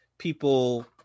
people